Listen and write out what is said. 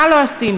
מה לא עשינו?